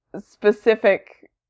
specific